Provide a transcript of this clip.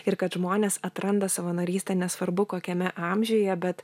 ir kad žmonės atranda savanorystę nesvarbu kokiame amžiuje bet